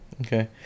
okay